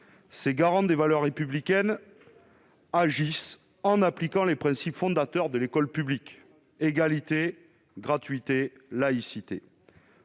Garants des valeurs républicaines, ils agissent en appliquant les principes fondateurs de l'école publique : égalité, gratuité, laïcité.